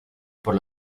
por